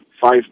five